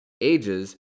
ages